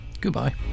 Goodbye